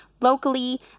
locally